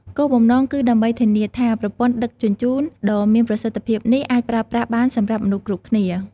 គោលបំណងគឺដើម្បីធានាថាប្រព័ន្ធដឹកជញ្ជូនដ៏មានប្រសិទ្ធភាពនេះអាចប្រើប្រាស់បានសម្រាប់មនុស្សគ្រប់គ្នា។